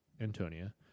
Antonia